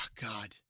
God